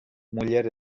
muller